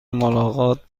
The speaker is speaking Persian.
ملاقات